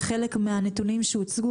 ובחלק מהנתונים שהוצגו,